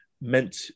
meant